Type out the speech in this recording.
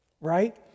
Right